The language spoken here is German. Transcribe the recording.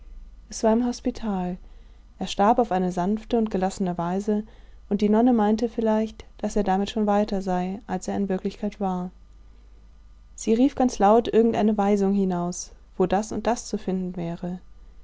es war im hospital er starb auf eine sanfte und gelassene weise und die nonne meinte vielleicht daß er damit schon weiter sei als er in wirklichkeit war sie rief ganz laut irgend eine weisung hinaus wo das und das zu finden wäre